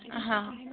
हा